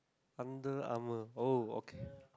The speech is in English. Under-Armour oh okay